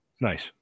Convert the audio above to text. Nice